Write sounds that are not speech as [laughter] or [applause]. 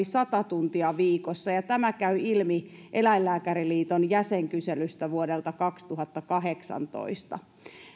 [unintelligible] sata tuntia viikossa ja tämä käy ilmi eläinlääkäriliiton jäsenkyselystä vuodelta kaksituhattakahdeksantoista